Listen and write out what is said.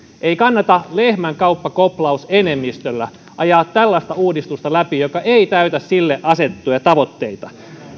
ei kannata lehmänkauppakoplaus enemmistöllä ajaa tällaista uudistusta läpi joka ei täytä sille asetettuja tavoitteita